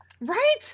Right